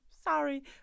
sorry